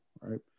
right